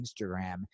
Instagram